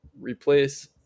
replace